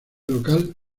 local